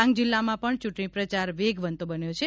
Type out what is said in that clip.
ડાંગ જિલ્લામાં પણ ચૂંટણી પ્રચાર વેગવંતો બન્યો છે